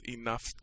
enough